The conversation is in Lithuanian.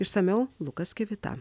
išsamiau lukas kivita